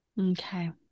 Okay